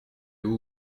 vous